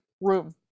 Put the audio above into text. room